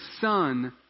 son